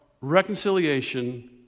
reconciliation